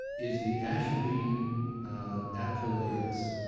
is the ashendene apuleius,